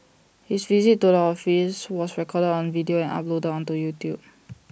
his visit to the office was recorded on video and uploaded onto YouTube